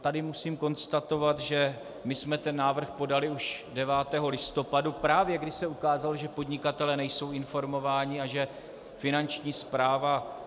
Tady musím konstatovat, že my jsme ten návrh podali už 9. listopadu, právě když se ukázalo, že podnikatelé nejsou informováni a že Finanční správa neudělala, co měla.